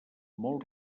molt